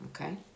Okay